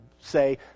say